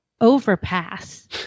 overpass